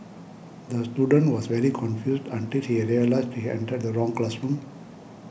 the student was very confused until he realised he entered the wrong classroom